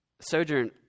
Sojourn